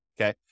okay